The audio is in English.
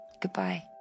Goodbye